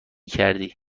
کردی